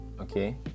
okay